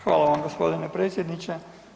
Hvala vam gospodine predsjedniče.